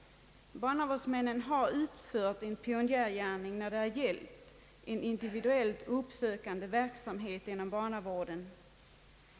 Barnavårdsmännen har utfört en pionjärgärning när det gällt en individuellt uppsökande verksamhet inom barnavården.